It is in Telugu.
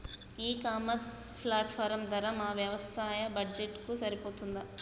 ఈ ఇ కామర్స్ ప్లాట్ఫారం ధర మా వ్యవసాయ బడ్జెట్ కు సరిపోతుందా?